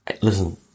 Listen